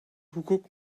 hukuk